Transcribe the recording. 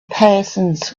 persons